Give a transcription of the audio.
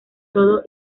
todo